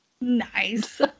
nice